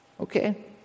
Okay